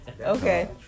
Okay